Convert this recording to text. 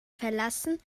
verlassen